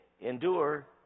endure